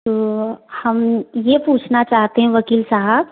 तो हम यह पूछना चाहते हैं वकील साहब